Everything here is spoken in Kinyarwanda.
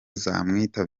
nzamwita